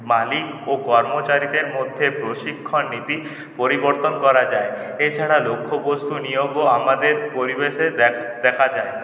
মালিক ও কর্মচারীদের মধ্যে প্রশিক্ষণ নীতি পরিবর্তন করা যায় এছাড়া লক্ষ্য বস্তু নিয়োগও আমাদের পরিবেশে দেখ দেখা যায়